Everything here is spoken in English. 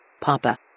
Papa